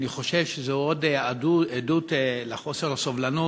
אני חושב שזו עוד עדות לחוסר הסובלנות